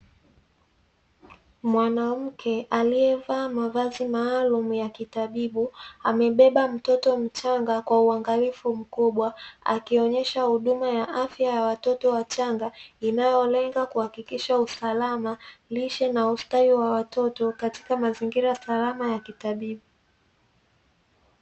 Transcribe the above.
Mwanamke aliyevaa mavazi maalumu ya kitabibu, amebeba mtoto mchanga kwa uangalifu mkubwa, akionyesha huduma ya afya ya watoto wachanga inayolenga kuhakikisha usalama, lishe na ustawi wa watoto katika mazingira salama ya kitabibu.